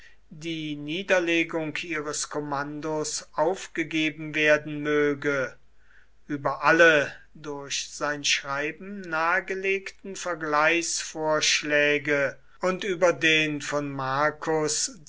die niederlegung ihres kommandos aufgegeben werden möge über alle durch sein schreiben nahegelegten vergleichsvorschläge und über den von marcus